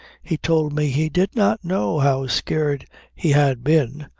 he told me he did not know how scared he had been,